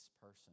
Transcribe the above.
person